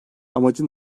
amacı